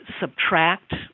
subtract